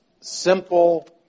simple